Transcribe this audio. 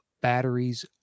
batteries